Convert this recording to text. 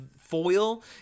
foil